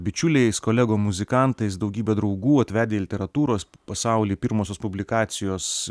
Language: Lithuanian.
bičiuliais kolegom muzikantais daugybę draugų atvedę į literatūros pasaulį pirmosios publikacijos